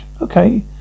Okay